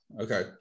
Okay